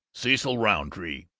cecil rountree!